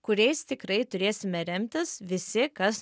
kuriais tikrai turėsime remtis visi kas